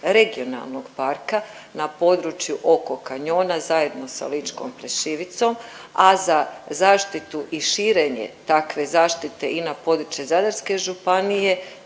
regionalnog parka na području oko kanjona zajedno sa Ličkom Plješevicom, a za zaštitu i širenje takve zaštite i na područje Zadarske županije